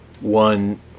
one